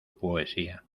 poesía